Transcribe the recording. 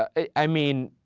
i mean,